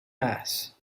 mass